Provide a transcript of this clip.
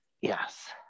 Yes